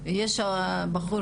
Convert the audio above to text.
בבקשה,